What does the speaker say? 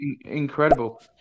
Incredible